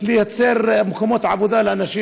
ליצור מקומות עבודה לאנשים,